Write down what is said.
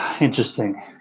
Interesting